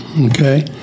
Okay